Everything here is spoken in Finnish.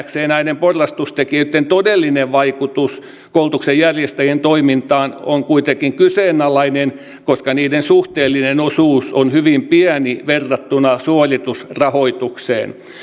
hänen nähdäkseen näiden porrastustekijöitten todellinen vaikutus koulutuksen järjestäjien toimintaan on kuitenkin kyseenalainen koska niiden suhteellinen osuus on hyvin pieni verrattuna suoritusrahoitukseen